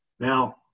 Now